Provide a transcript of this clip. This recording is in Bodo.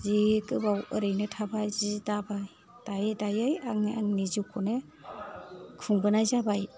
जि गोबाव ओरैनो थाबाय जि दाबाय दायै दायै आङो आंनि जिउखौनो खुंबोनाय जाबाय